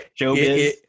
Showbiz